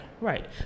right